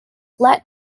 let